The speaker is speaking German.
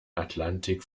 atlantik